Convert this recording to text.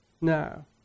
now